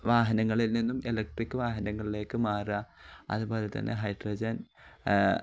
വാഹനങ്ങളിൽ നിന്നും ഇലക്ട്രിക് വാഹനങ്ങളിലേക്ക് മാറുക അതുപോലെ തന്നെ ഹൈഡ്രജൻ